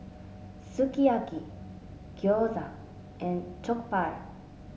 Sukiyaki Gyoza and Jokbal